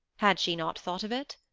had she not thought of it?